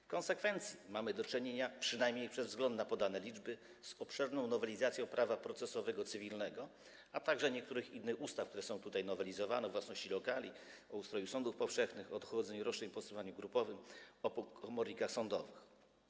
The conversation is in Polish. W konsekwencji mamy do czynienia, przynajmniej przez wzgląd na podane liczby, z obszerną nowelizacją prawa procesowego cywilnego, a także niektórych innych ustaw, które są tutaj nowelizowane: o własności lokali, o ustroju sądów powszechnych, o dochodzeniu roszczeń w postępowaniu grupowym, o komornikach sądowych.